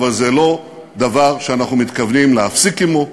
אבל זה לא דבר שאנחנו מתכוונים להפסיק אותו,